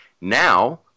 Now